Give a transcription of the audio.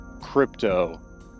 crypto